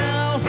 Now